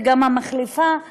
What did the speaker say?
וגם המחליפה שלה,